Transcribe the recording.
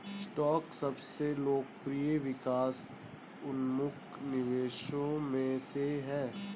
stock सबसे लोकप्रिय विकास उन्मुख निवेशों में से है